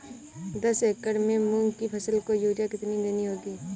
दस एकड़ में मूंग की फसल को यूरिया कितनी देनी होगी?